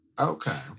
Okay